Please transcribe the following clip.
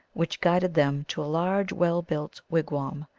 which guided them to a large, well-built wigwam.